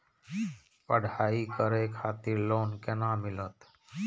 पढ़ाई करे खातिर लोन केना मिलत?